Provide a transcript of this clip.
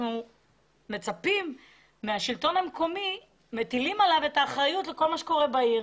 אנחנו מטילים על השלטון המקומי את האחריות לכל מה שקורה בעיר,